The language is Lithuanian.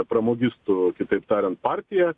pramogistų kitaip tariant partija